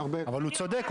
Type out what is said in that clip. אבל הוא צודק.